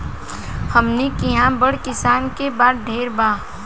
हमनी किहा बड़ किसान के बात ढेर बा